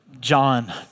John